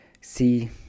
see